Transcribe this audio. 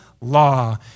law